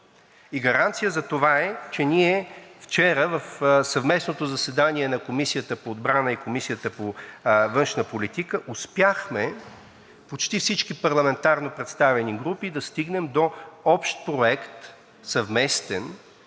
Гаранция за това е, че вчера на съвместното заседание на Комисията по отбрана и Комисията по външна политика успяхме почти всички парламентарно представени групи да стигнем до общ, съвместен